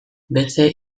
beste